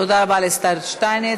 תודה רבה לשר שטייניץ.